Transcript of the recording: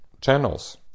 channels